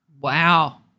Wow